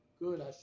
good